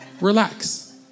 Relax